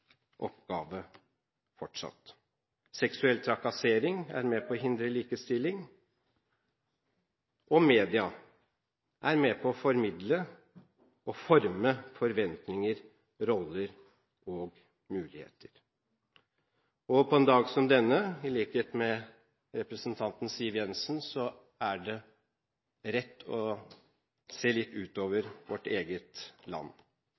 oppgave fortsatt. Seksuell trakassering er med på å hindre likestilling, og media er med på å formidle og forme forventninger, roller og muligheter. På en dag som denne synes jeg – i likhet med representanten Siv Jensen – det er rett å se litt utover vårt eget land.